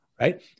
right